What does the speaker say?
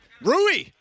Rui